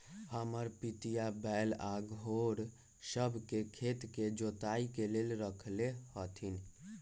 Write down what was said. हमर पितिया बैल आऽ घोड़ सभ के खेत के जोताइ के लेल रखले हथिन्ह